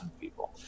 people